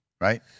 Right